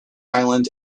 island